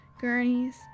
gurneys